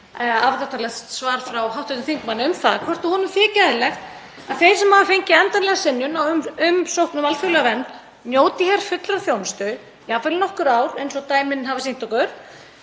reyna að fá það, frá hv. þingmanni um það hvort honum þyki eðlilegt að þeir sem hafa fengið endanlega synjun á umsókn um alþjóðlega vernd njóti hér fullrar þjónustu, jafnvel í nokkur ár eins og dæmin hafa sýnt okkur